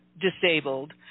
disabled